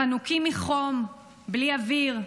חנוקים מחום, בלי אוויר,